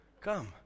Come